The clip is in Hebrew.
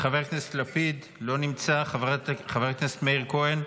חבר הכנסת לפיד, לא נמצא, חבר הכנסת מאיר כהן,